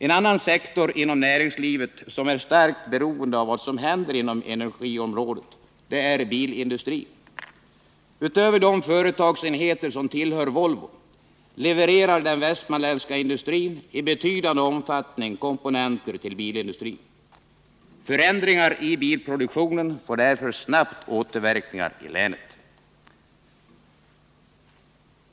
En annan sektor inom näringslivet som är starkt beroende av vad som händer inom energiområdet är bilindustrin. Utöver de företagsenheter som tillhör Volvo levererar den västmanländska industrin i betydande omfattning komponenter till bilindustrin. Förändringar i bilproduktionen får därför snabbt återverkningar i länet.